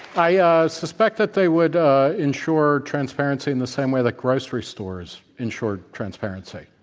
i ah suspect that they would ensure transparency in the same way that grocery stores ensure transparency.